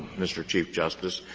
mr. chief justice,